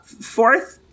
Fourth